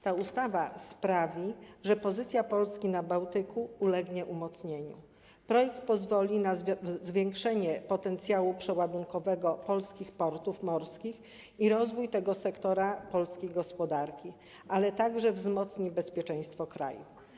Ta ustawa sprawi, że pozycja Polski na Bałtyku się umocni, i pozwoli na zwiększenie potencjału przeładunkowego polskich portów morskich i rozwój tego sektora polskiej gospodarki, a także wzmocni bezpieczeństwo kraju.